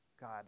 God